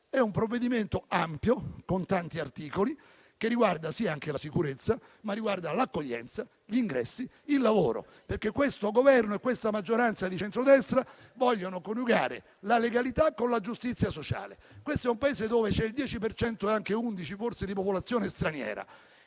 di un provvedimento ampio, con tanti articoli, che riguarda anche la sicurezza, così come riguarda l'accoglienza, gli ingressi, il lavoro. Questo Governo e questa maggioranza di centrodestra vogliono coniugare la legalità con la giustizia sociale. Questo è un Paese dove c'è il 10 per cento, anche l'11 per cento forse, di popolazione straniera,